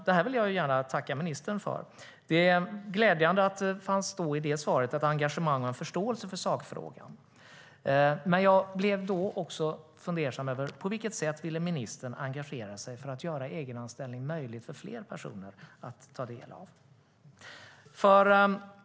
Det här vill jag gärna tacka ministern för: Det är glädjande att det då, i det svaret, fanns engagemang och förståelse för sakfrågan. Men jag blev fundersam över på vilket sätt ministern ville engagera sig för att göra egenanställning möjlig att ta del av för fler personer.